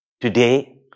Today